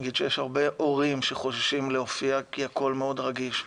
יש הרבה הורים שחוששים להופיע כי הכול מאוד רגיש,